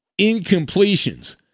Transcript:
incompletions